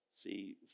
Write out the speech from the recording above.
See